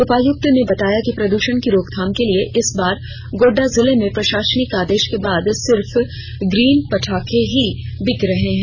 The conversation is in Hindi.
उपायुक्त ने बताया कि प्रदूषण की रोकथाम के लिए इस बार गोड्डा जिले में प्रशासनिक आदेश के बाद सिर्फ ग्रीन पटाखे ही बिक रहे हैं